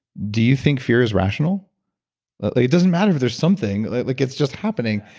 do you think fear is rational? like it doesn't matter if there's something, like it's just happening.